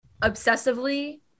obsessively